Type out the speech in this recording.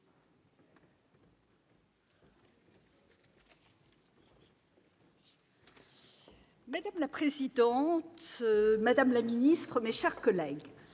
Madame la présidente, madame la ministre, mes chers collègues,